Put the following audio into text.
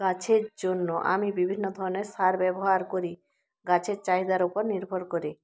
গাছের জন্য আমি বিভিন্ন ধরনের সার ব্যবহার করি গাছের চাহিদার উপর নির্ভর করে